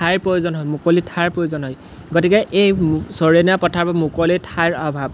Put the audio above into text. ঠাইৰ প্ৰয়োজন হয় মুকলি ঠাইৰ প্ৰয়োজন হয় গতিকে এই চৰণীয়া পথাৰৰ বা মুকলি ঠাইৰ অভাৱ